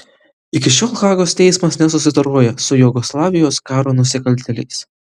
iki šiol hagos teismas nesusidoroja su jugoslavijos karo nusikaltėliais